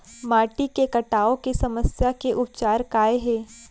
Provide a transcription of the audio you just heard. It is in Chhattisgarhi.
माटी के कटाव के समस्या के उपचार काय हे?